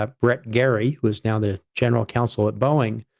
ah brett gary, who is now the general counsel at boeing.